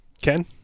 Ken